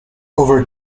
over